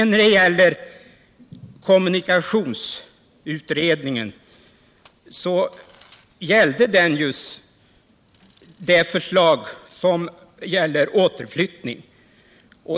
Kommunikationsutredningen gällde förslaget om återflyttning.